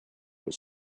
was